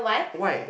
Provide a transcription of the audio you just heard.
why